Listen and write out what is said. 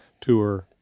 tour